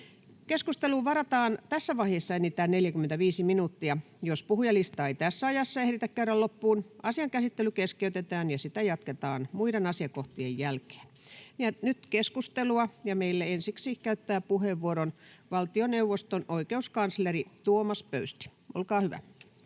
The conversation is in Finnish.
Keskusteluun varataan tässä vaiheessa enintään 45 minuuttia. Jos puhujalistaa ei tässä ajassa ehditä käydä loppuun, asian käsittely keskeytetään ja sitä jatketaan muiden asiakohtien jälkeen. — Nyt keskustelua, ja meille ensiksi käyttää puheenvuoron valtioneuvoston oikeuskansleri Tuomas Pöysti. Olkaa hyvä.